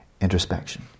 introspection